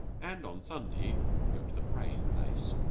and on sunday go to the praying-place.